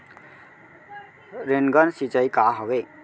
Rain gun सिंचाई का हवय?